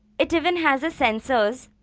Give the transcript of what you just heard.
it even has a sensors